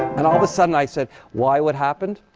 and all of a sudden, i said, why? what happened?